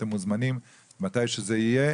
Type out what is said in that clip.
אתם מוזמנים מתי שזה יהיה,